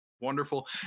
Wonderful